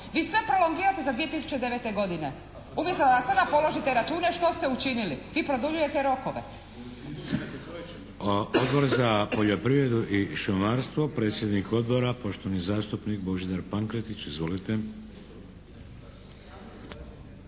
Vi sve prolongirate za 2009. godine umjesto da sada položite račune što ste učinili vi produljujete rokove.